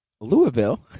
Louisville